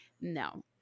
No